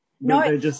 No